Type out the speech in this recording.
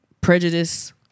prejudice